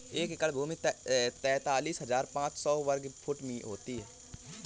एक एकड़ भूमि तैंतालीस हज़ार पांच सौ साठ वर्ग फुट होती है